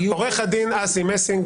עו"ד אסי מסינג,